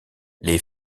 les